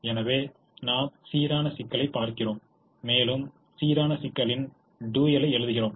எனவே நாம் சீரான சிக்கலைப் பார்க்கிறோம் மேலும் சீரான சிக்கலின் டூயலை எழுதுகிறோம்